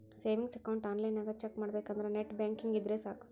savings account ಆನ್ಲೈನ್ನ್ಯಾಗ check ಮಾಡಬೇಕಂದ್ರ net banking ಇದ್ರೆ ಸಾಕ್